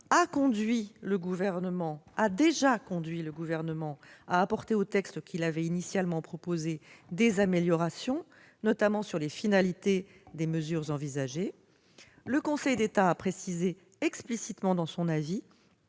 a déjà conduit le Gouvernement à apporter à son texte initial des améliorations, notamment sur les finalités des mesures envisagées. Le Conseil d'État a précisé explicitement dans son avis